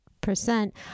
percent